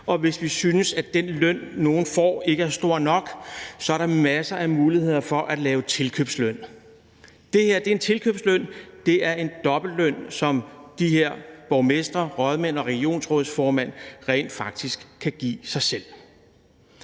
og hvis vi synes, at den løn, nogen får, ikke er stor nok, så er der masser af muligheder for at lave tilkøbsløn. Det her er en tilkøbsløn, det er en dobbeltløn, som de her borgmestre, rådmænd og regionsrådsformænd rent faktisk kan give sig selv.